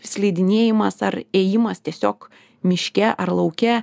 slidinėjimas ar ėjimas tiesiog miške ar lauke